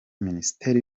minisiteri